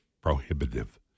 Prohibitive